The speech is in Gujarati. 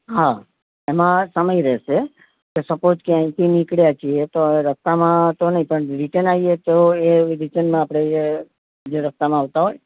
હા એમાં સમય રહેશે કે સપોઝ કે અહીંથી નીકળ્યા છીએ તો રસ્તામાં તો નહીં પણ રિટર્ન આવીએ તો એ રિટર્નમાં આપણે જે જે રસ્તામાં આવતા હોય